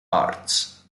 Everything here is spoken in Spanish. arts